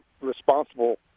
responsible